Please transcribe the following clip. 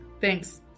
thanks